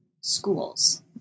schools